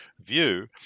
view